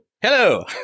Hello